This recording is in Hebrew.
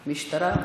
משטרה?